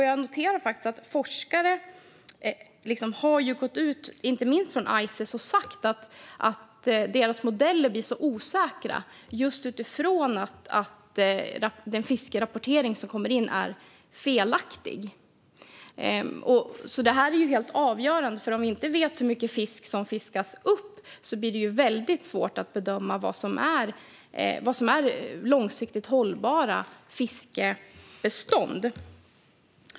Jag noterar faktiskt att forskare, inte minst från ICES, har sagt att deras modeller blir så osäkra just utifrån att den fiskerapportering som kommer in är felaktig. Detta är helt avgörande. Om vi inte vet hur mycket fisk som fiskas upp blir det väldigt svårt att bedöma vad som är långsiktigt hållbara fiskbestånd.